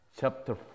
chapter